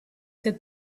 had